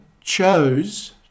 chose